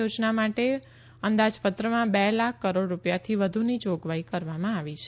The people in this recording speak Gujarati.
યોજના માટે અંદાજપત્રમાં બે લાખ કરોડ રૂપિયાથી વધુની જોગવાઈ કરવામાં આવી છે